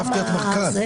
חשבתי שאת מרכז.